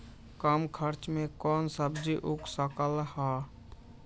कम खर्च मे कौन सब्जी उग सकल ह?